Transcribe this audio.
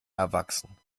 erwachsen